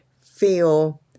feel